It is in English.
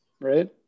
right